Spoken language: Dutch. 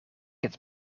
het